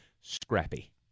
scrappy